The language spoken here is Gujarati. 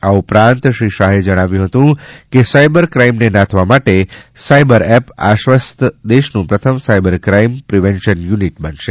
આ ઉપરાંત કેન્દ્રિય ગૃહમંત્રી અમિતશાહે જણાવ્યું હતું કે સાઇબર ક્રાઇમને નાથવા માટે સાઇબર એપ આશ્વસ્ત દેશનું પ્રથમ સાઇબર ક્રાઇમ પ્રિવેન્સન યુનિટ બનશે